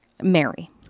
Mary